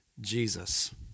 Jesus